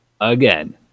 Again